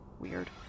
Weird